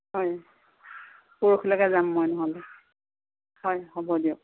হয় পৰহিলৈকে যাম মই নহ'লে হয় হ'ব দিয়ক